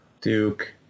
Duke